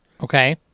Okay